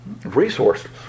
Resources